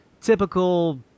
typical